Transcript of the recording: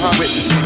witness